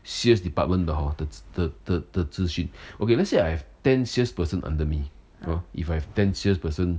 sales department the hor 的的的资讯 okay let's say I have ten salesperson under me hor if I have ten salesperson